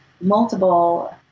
multiple